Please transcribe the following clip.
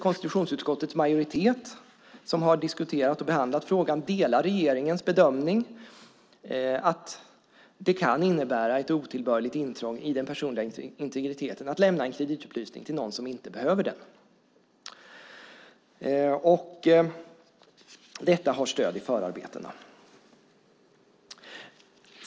Konstitutionsutskottets majoritet, som har diskuterat och behandlat frågan, delar regeringens bedömning att det kan innebära ett otillbörligt intrång i den personliga integriteten att lämna en kreditupplysning till någon som inte behöver den. Detta har stöd i förarbetena.